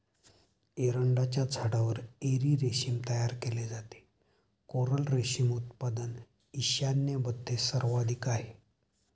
एरंडाच्या झाडावर एरी रेशीम तयार केले जाते, कोरल रेशीम उत्पादन ईशान्येमध्ये सर्वाधिक आहे